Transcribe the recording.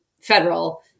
federal